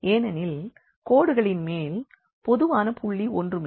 ஏனெனில் கோடுகளின் மேல் பொதுவான புள்ளி ஒன்றுமில்லை